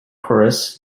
chorus